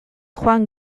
joan